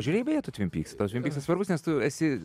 žiūrėjai beje tu tvin pyks tau tvin pyksas svarbus nes tu esi